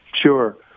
Sure